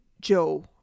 Joe